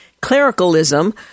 clericalism